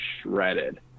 shredded